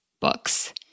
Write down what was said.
books